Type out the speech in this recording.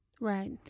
Right